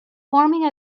forming